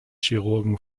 chirurgen